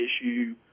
issue